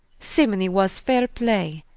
symonie, was faire play,